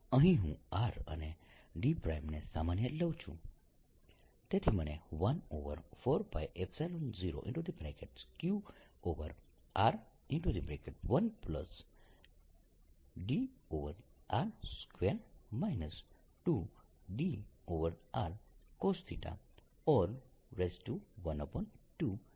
અહીં હું r અને d' ને સામાન્ય લઉં છું તેથી મને 140qr1dr2 2drcosθ12qd1rd2 2 rdcosθ12 મળે છે મારે શું જોઈએ છે